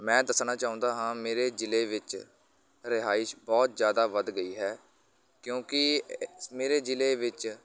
ਮੈਂ ਦੱਸਣਾ ਚਾਹੁੰਦਾ ਹਾਂ ਮੇਰੇ ਜ਼ਿਲ੍ਹੇ ਵਿੱਚ ਰਿਹਾਇਸ਼ ਬਹੁਤ ਜ਼ਿਆਦਾ ਵੱਧ ਗਈ ਹੈ ਕਿਉਂਕਿ ਮੇਰੇ ਜ਼ਿਲ੍ਹੇ ਵਿੱਚ